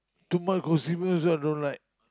too much gossip I also don't like